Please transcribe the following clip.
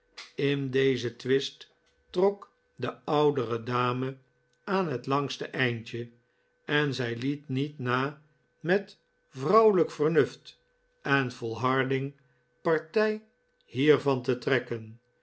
in dezen twist trok de oudere dame aan het langste eindje en zij liet niet na met vrouwelijk vernuft en volharding partij hiervan te trekken